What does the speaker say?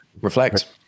Reflect